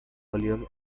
volume